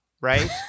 right